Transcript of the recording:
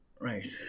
right